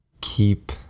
keep